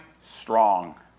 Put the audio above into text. strong